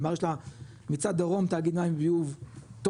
כלומר יש לה מצד דרום תאגיד מים ביוב טוב,